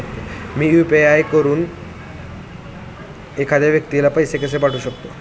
मी UPI वापरून एखाद्या व्यक्तीला पैसे कसे पाठवू शकते?